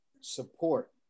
support